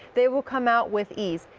they will come out with ease.